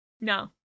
No